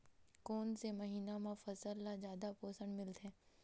कोन से महीना म फसल ल जादा पोषण मिलथे?